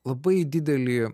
labai didelį